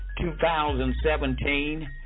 2017